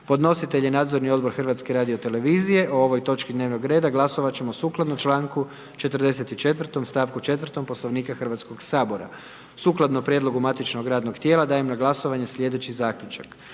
podnositelj je ministar unutarnjih poslova. O ovoj točki dnevnog reda glasovati ćemo sukladno članku 44., stavku 4. Poslovnika Hrvatskoga sabora. Sukladno prijedlogu matičnog radnog tijela dajem na glasovanje sljedeći Zaključak.